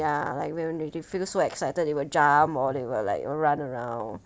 ya like when they feel so excite they will jump they will run around